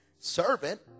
servant